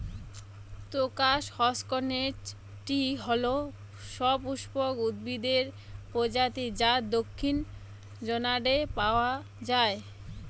crocus হসকনেইচটি হল সপুষ্পক উদ্ভিদের প্রজাতি যা দক্ষিণ জর্ডানে পাওয়া য়ায়